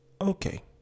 Okay